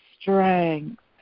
strength